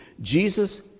Jesus